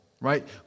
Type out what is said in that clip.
right